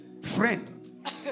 friend